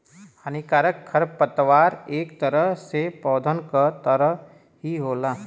हानिकारक खरपतवार इक तरह से पौधन क तरह ही होला